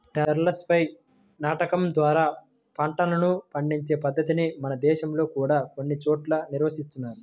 టెర్రస్లపై నాటడం ద్వారా పంటలను పండించే పద్ధతిని మన దేశంలో కూడా కొన్ని చోట్ల నిర్వహిస్తున్నారు